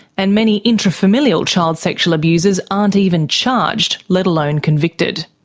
and many intrafamilial child sexual abusers aren't even charged, let alone convicted.